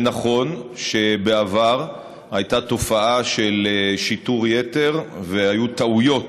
זה נכון שבעבר הייתה תופעה של שיטור יתר והיו טעויות,